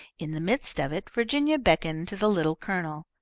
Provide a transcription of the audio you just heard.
in the midst of it virginia beckoned to the little colonel.